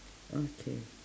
okay